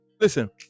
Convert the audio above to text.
Listen